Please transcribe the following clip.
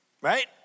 Right